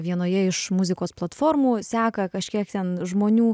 vienoje iš muzikos platformų seka kažkiek ten žmonių